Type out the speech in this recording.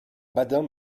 badin